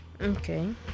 okay